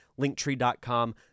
linktree.com